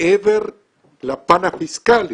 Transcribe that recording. מעבר לפן הפיסקאלי,